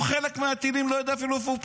בחלק מהטילים הוא אפילו לא יודע איפה הוא פוגע.